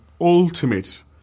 ultimate